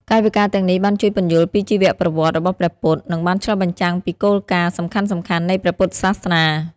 កាយវិការទាំងនេះបានជួយពន្យល់ពីជីវប្រវត្តិរបស់ព្រះពុទ្ធ និងបានឆ្លុះបញ្ចាំងពីគោលការណ៍សំខាន់ៗនៃព្រះពុទ្ធសាសនា។